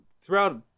throughout